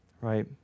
right